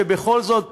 שבכל זאת,